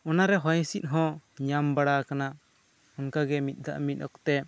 ᱚᱱᱟ ᱨᱮ ᱦᱚᱭ ᱦᱤᱥᱤᱫ ᱦᱚᱸ ᱧᱟᱢ ᱵᱟᱲᱟ ᱠᱟᱱᱟ ᱚᱱᱠᱟ ᱜᱮ ᱢᱤᱫ ᱫᱷᱟᱣ ᱢᱤᱫ ᱚᱠᱛᱮ